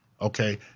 okay